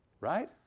right